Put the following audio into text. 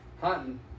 hunting